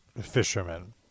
fishermen